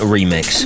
Remix